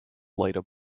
later